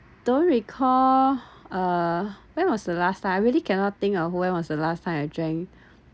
don't recall uh when was the last time I really cannot think of when was the last time I drink